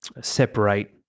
separate